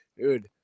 Dude